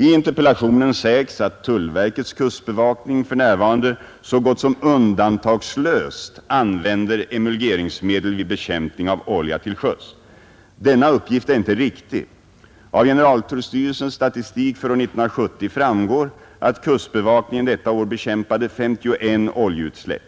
I interpellationen sägs att tullverkets kustbevakning för närvarande så gott som undantagslöst använder emulgeringsmedel vid bekämpning av olja till sjöss. Denna uppgift är inte riktig. Av generaltullstyrelsens statistik för år 1970 framgår, att kustbevakningen detta år bekämpade 51 oljeutsläpp.